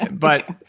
but,